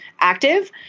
active